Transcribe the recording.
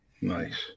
Nice